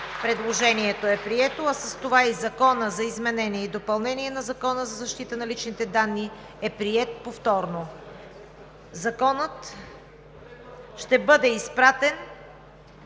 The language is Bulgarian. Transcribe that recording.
Предложението е прието, а с това и Законът за изменение и допълнение на Закона за защита на личните данни е приет повторно. Законът ще бъде изпратен